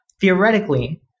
Theoretically